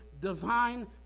divine